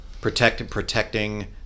Protecting